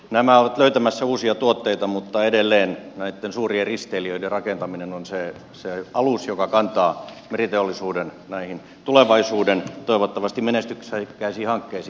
nämä ovat löytämässä uusia tuotteita mutta edelleen näitten suurien risteilijöiden rakentaminen on se alus joka kantaa meriteollisuuden tu levaisuuden toivottavasti menestyksekkäisiin hankkeisiin